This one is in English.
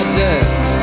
debts